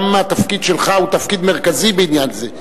גם התפקיד שלך הוא תפקיד מרכזי בעניין זה,